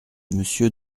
monsieur